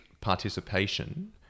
participation